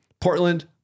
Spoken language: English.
Portland